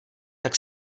tak